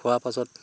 খোৱাৰ পাছত